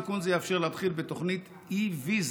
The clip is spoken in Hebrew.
תיקון זה יאפשר להתחיל בתוכנית e-visa,